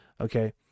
Okay